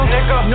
Nigga